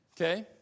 okay